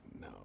no